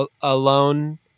Alone